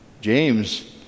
James